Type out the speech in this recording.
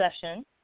session